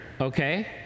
okay